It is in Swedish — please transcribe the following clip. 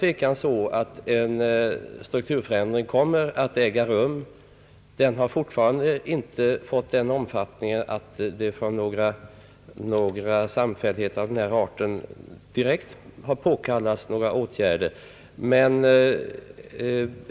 En strukturförändring kommer utan tvivel att äga rum, men den har fortfarande inte fått den omfattningen att det för några samfälligheter av den här arten direkt har påkallats några åtgärder.